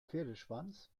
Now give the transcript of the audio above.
pferdeschwanz